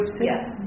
Yes